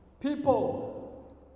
People